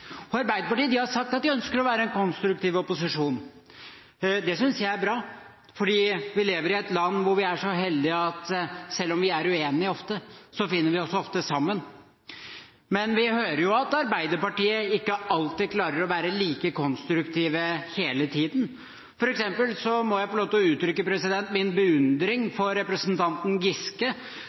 Arbeiderpartiet har sagt at de ønsker å være en konstruktiv opposisjon. Det synes jeg er bra, fordi vi lever i et land hvor vi er så heldige at selv om vi er uenige ofte, finner vi også ofte sammen. Men vi hører jo at Arbeiderpartiet ikke alltid klarer å være like konstruktiv hele tiden. For eksempel må jeg få lov til å uttrykke min beundring for representanten Giske,